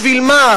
בשביל מה?